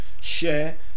share